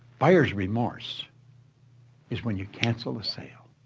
buyer's remorse is when you cancel the sale.